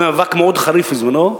במאבק מאוד חריף בזמנו,